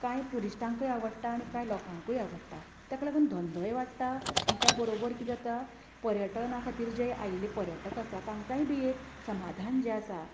कांय टुरिश्टांकय आवडटा आनी कांय लोकांकूय आवडटा ताका लागून धोंदोय वाडटा आनी त्यो बरोबर किदें जाता पर्यटना खातीर जे आयिल्ले पर्यटक आसा तांकांय बी एक समाधान जें आसा